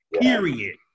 Period